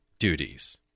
Duties